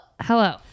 Hello